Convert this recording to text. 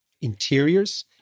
interiors